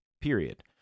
Period